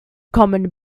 common